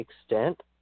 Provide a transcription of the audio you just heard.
extent